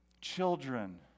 children